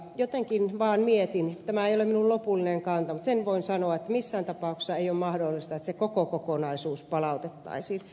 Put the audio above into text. jotenkin vaan mietin tämä ei ole minun lopullinen kantani mutta sen voin sanoa että missään tapauksessa ei ole mahdollista että se koko kokonaisuus palautettaisiin